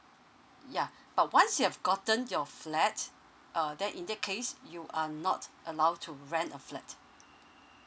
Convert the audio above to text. ya but once you have gotten your flat err then in that case you are not allow to rent a flat